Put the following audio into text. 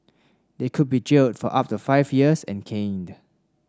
they could be jailed for up to five years and caned